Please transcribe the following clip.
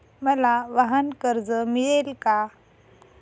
मला वाहनकर्ज मिळेल का?